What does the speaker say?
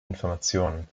information